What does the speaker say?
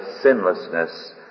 sinlessness